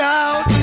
out